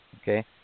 Okay